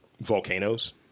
volcanoes